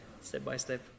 step-by-step